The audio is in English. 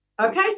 Okay